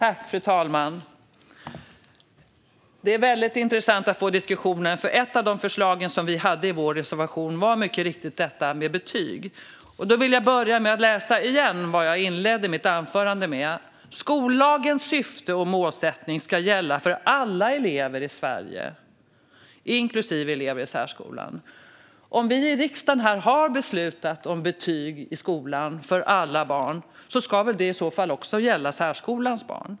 Fru talman! Det är intressant med diskussionen. Ett av de förslag som vi hade i vår reservation var mycket riktigt betyg. Jag upprepar vad jag inledde mitt anförande med: Skollagens syfte och målsättning ska gälla för alla elever i Sverige, inklusive elever i särskolan. Om vi i riksdagen har beslutat om betyg i skolan för alla barn ska väl det i så fall också gälla särskolans barn.